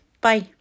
bye